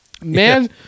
man